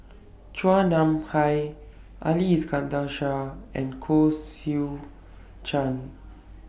Chua Nam Hai Ali Iskandar Shah and Koh Seow Chuan